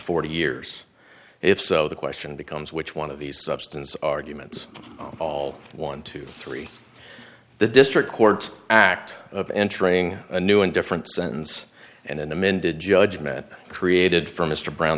forty years if so the question becomes which one of these substance arguments all one to three the district court act of entering a new and different sentence and an amended judgment created for mr brown